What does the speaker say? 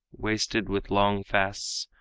wasted with long fasts,